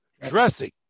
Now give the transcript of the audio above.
dressing